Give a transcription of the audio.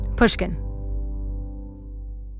Pushkin